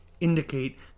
indicate